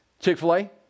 Chick-fil-A